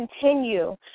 continue